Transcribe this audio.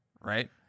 right